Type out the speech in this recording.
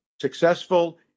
successful